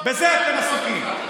בזה אתם עסוקים.